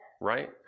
right